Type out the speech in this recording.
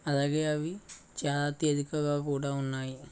అలాగే అవి చాలా తేలికగా కూడా ఉన్నాయి